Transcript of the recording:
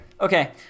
Okay